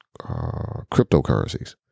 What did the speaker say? cryptocurrencies